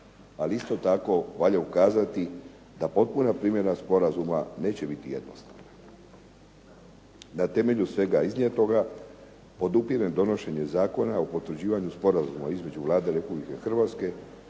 Ali isto tako valja ukazati da potpuna primjena sporazuma neće biti jednostavna. Na temelju svega iznijetoga podupirem donošenje Zakona o potvrđivanju Sporazuma između Vlade Republike Hrvatske,